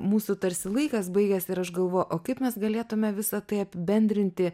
mūsų tarsi laikas baigiasi ir aš galvo o kaip mes galėtume visa tai apibendrinti